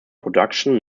production